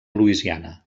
louisiana